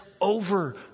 over